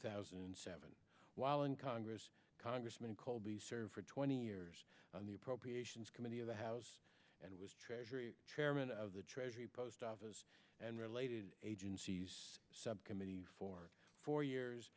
thousand and seven while in congress congressman colby served for twenty years on the appropriations committee of the house and was chairman of the treasury post office and related agencies subcommittee for four years